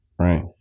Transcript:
right